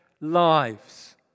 lives